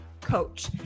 coach